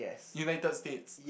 United-States